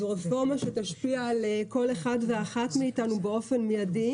זו רפורמה שתשפיע על כל אחד ואחת מאיתנו באופן מיידי,